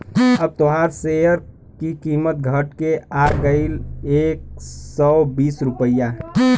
अब तोहार सेअर की कीमत घट के आ गएल एक सौ बीस रुपइया